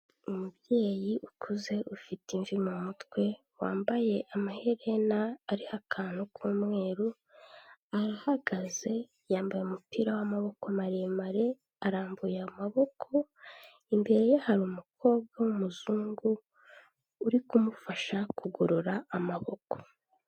Umubyeyi ukuze ufite imvi mu mutwe, wambaye amaherena ariho akantu k'umweru, arahagaze, yambaye umupira w'amaboko maremare, arambuye amaboko, imbere ye hari umukobwa w'umuzungu uri kumufasha kugorora amaboko.